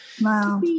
Wow